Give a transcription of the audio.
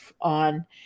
on